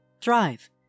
Drive